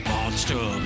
Monster